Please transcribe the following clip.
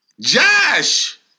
Josh